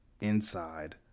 inside